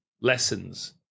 lessons